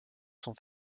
sont